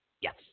yes